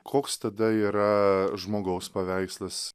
koks tada yra žmogaus paveikslas